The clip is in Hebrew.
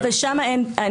לא, אני מבין.